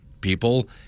People